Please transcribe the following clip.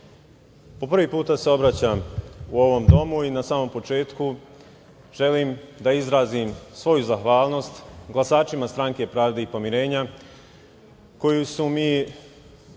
po prvi put se obraćam u ovom domu i na samom početku, želim da izrazim svoju zahvalnost glasačima Stranke pravde i pomirenja, koji su mi